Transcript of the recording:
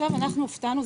אנחנו הופתענו.